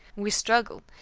we struggled,